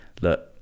Look